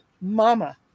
Mama